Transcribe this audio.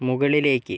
മുകളിലേക്ക്